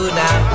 now